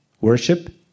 worship